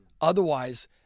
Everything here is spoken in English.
Otherwise